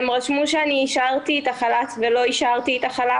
הם רשמו שאני אישרתי את החל"ת ולא אישרתי אותו.